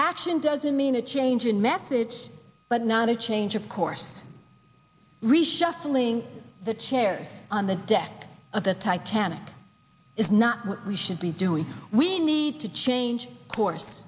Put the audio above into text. action doesn't mean a change in methods but not a change of course reshuffling the chairs on the deck of the titanic is not what we should be doing we need to change course